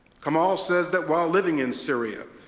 kamal says that while living in syria,